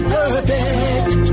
perfect